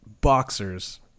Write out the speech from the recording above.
boxers